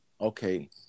okay